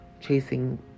chasing